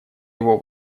его